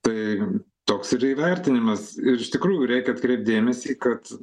tai toks ir įvertinimas ir iš tikrųjų reikia atkreipt dėmesį kad